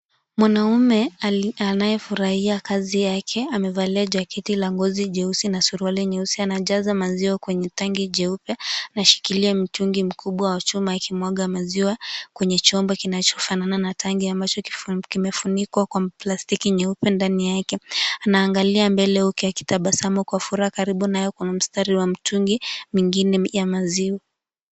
Mwanamume anayefurahia kazi yake amevalia jaketi la ngozi jeusi na suruali nyeusi. Anajaza maziwa kwenye tangi jeupe. Anashikilia mtungi mkubwa wa chuma akimwaga maziwa kwenye chombo kinacho fanana na tangi ambacho kimefunikwa kwa plastiki nyeupe ndani yake. Ana angalia mbele huku akitabasamu kwa furaha karibu nayo kuna mstari wa mtungi mingine ya maziwa.